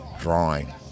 drawing